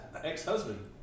ex-husband